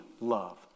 love